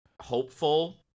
hopeful